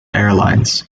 airlines